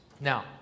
Now